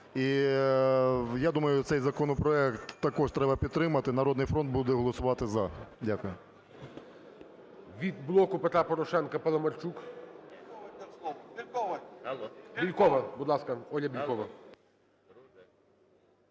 і, я думаю, цей законопроект також треба підтримати. "Народний фронт" буде голосувати за. Дякую.